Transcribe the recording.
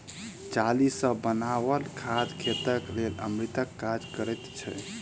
चाली सॅ बनाओल खाद खेतक लेल अमृतक काज करैत छै